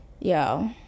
Yo